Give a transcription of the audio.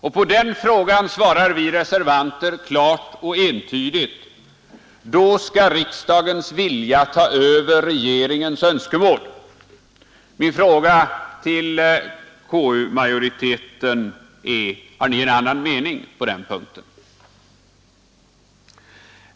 Och på den frågan svarar vi reservanter klart och entydigt: Då skall riksdagens vilja ta över regeringens önskemål. Min fråga till utskottsmajoriteten är: Har ni en annan mening på den punkten?